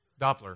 Doppler